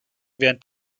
während